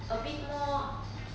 a bit more